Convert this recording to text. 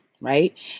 right